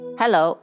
Hello，